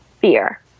fear